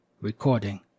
Recording